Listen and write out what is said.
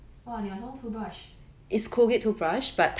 哇你买什么 toothbrush